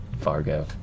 Fargo